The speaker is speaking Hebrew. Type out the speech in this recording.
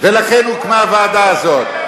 ולכן הוקמה הוועדה הזאת.